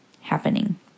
happening